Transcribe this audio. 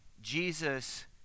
Jesus